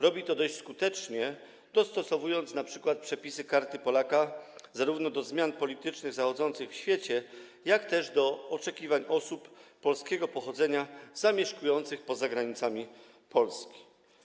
Robi to dość skutecznie, dostosowując np. przepisy Karty Polaka zarówno do zmian politycznych zachodzących w świecie, jak i do oczekiwań osób polskiego pochodzenia zamieszkujących poza granicami Polski.